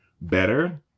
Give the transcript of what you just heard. better